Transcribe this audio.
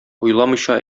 уйламыйча